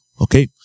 okay